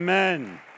Amen